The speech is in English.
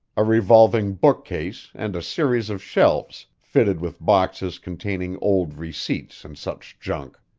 a revolving bookcase and a series of shelves, fitted with boxes containing old receipts and such junk.